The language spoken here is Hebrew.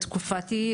בתקופתי,